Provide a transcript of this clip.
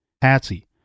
Patsy